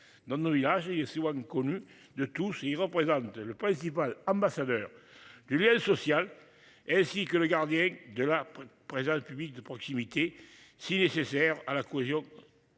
non nos agit souvent connu de tous, ils représentent le principal ambassadeur du lien social. Ainsi que le gardien de la présence, le public de proximité si nécessaire à la cohésion.